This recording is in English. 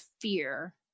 fear